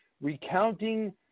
recounting